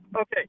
Okay